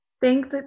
Thanks